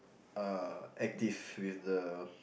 uh active with the